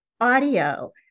audio